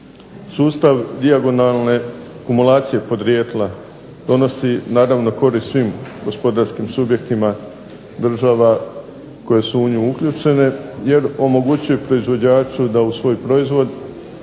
Sustav dijagonalne kumulacije podrijetla donosi naravno korist svim gospodarskim subjektima država koje su u nju uključene, jer omogućuju proizvođaču da u svoj proizvod